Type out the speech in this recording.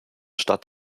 stadt